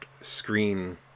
screen